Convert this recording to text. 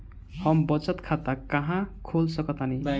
हम बचत खाता कहां खोल सकतानी?